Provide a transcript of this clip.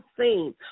seen